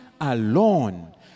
alone